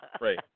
Right